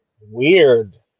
Weird